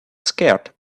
scared